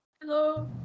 Hello